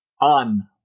On